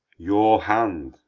your hand,